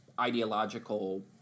ideological